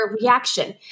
reaction